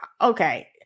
okay